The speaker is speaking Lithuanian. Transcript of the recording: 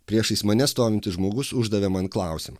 priešais mane stovintis žmogus uždavė man klausimą